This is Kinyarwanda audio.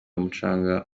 umucanga